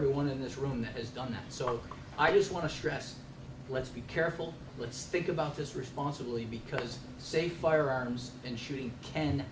everyone in this room has done so i just want to stress let's be careful let's think about this responsibly because say firearms and shooting an